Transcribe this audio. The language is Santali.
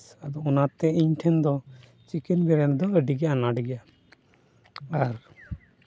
ᱚᱱᱟᱛᱮ ᱤᱧ ᱴᱷᱮᱱ ᱫᱚ ᱪᱤᱠᱮᱱ ᱵᱤᱨᱭᱟᱱᱤ ᱫᱚ ᱟᱹᱰᱤᱜᱮ ᱟᱱᱟᱴ ᱜᱮᱭᱟ ᱟᱨ